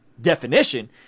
definition